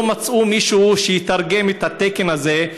לא מצאו מישהו שיתרגם את התקן הזה,